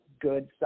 good